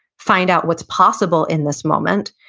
find out what's possible in this moment.